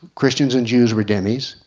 christians and jews were dhimmis,